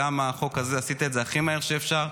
גם את החוק הזה עשית את זה הכי מהר שאפשר,